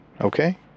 okay